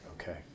Okay